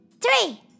three